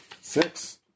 Six